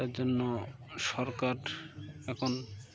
তার জন্য সরকার এখন